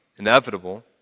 inevitable